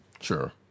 Sure